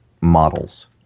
models